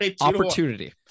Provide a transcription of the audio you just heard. opportunity